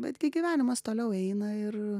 betgi gi gyvenimas toliau eina ir